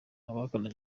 abahakana